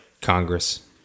Congress